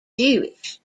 jewish